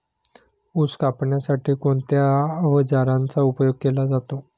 ऊस कापण्यासाठी कोणत्या अवजारांचा उपयोग केला जातो?